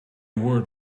word